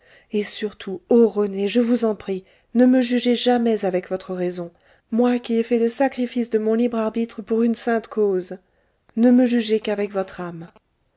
et surtout ô rené je vous en prie ne me jugez jamais avec votre raison moi qui ai fait le sacrifice de mon libre arbitre aune sainte cause ne me jugez qu'avec votre âme